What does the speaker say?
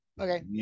Okay